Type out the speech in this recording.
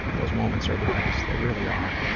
those moments are the best they really are.